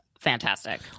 fantastic